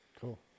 Cool